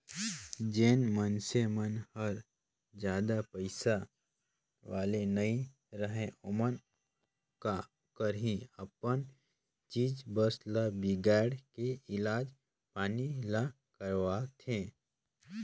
जेन मइनसे मन हर जादा पइसा वाले नइ रहें ओमन का करही अपन चीच बस ल बिगायड़ के इलाज पानी ल करवाथें